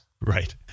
Right